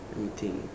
let me think